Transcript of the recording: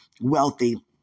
wealthy